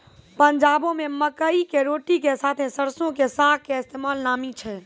पंजाबो मे मकई के रोटी के साथे सरसो के साग के इस्तेमाल नामी छै